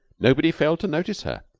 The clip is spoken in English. nobody failed to notice her.